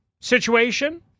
situation